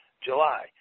July